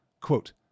Quote